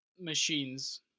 machines